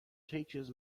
teaches